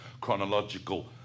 chronological